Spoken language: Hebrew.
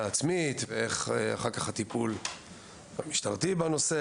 עצמית ובאופן הטיפול של המשטרה במקרים מסוג זה.